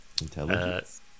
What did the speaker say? Intelligence